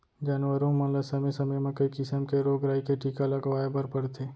जानवरों मन ल समे समे म कई किसम के रोग राई के टीका लगवाए बर परथे